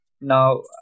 now